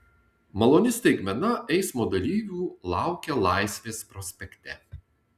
maloni staigmena eismo dalyvių laukia laisvės prospekte